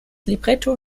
libretto